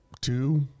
two